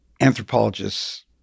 anthropologists